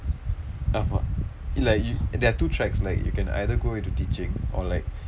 ஆமாம் இல்லை:aamaam illai there are two tracks like you can either go into teaching or like